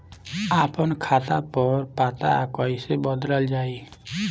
आपन खाता पर पता कईसे बदलल जाई?